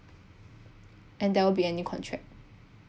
and there won't be any contract